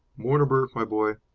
mortimer, my boy,